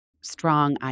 strong